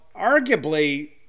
Arguably